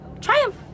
Triumph